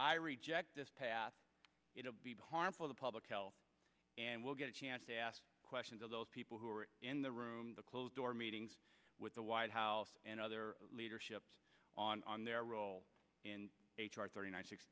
i reject this path it will be harmful to public health and we'll get a chance to ask questions of those people who are in the room the closed door meetings with the white house and other leaderships on their role in h r thirty nine six